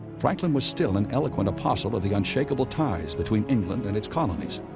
franklin was still an eloquent apostle of the unshakable ties between england and its colonies.